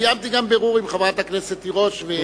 קיימתי גם בירור עם חברת הכנסת תירוש,